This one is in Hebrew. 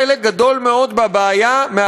חלק גדול מאוד מהבעיה,